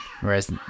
Whereas